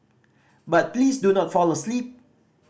but please do not fall asleep